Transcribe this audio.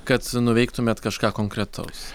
kad nuveiktumėt kažką konkretaus